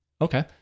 Okay